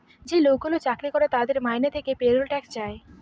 যে লোকগুলো চাকরি করে তাদের মাইনে থেকে পেরোল ট্যাক্স যায়